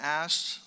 asked